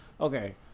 Okay